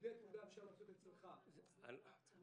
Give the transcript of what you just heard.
ולימודי תעודה אפשר לעשות תחת משרד החינוך.